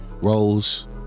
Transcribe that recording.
roles